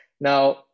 Now